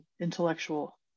intellectual